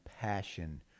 passion